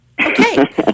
Okay